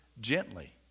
gently